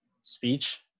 speech